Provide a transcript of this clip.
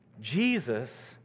Jesus